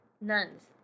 nuns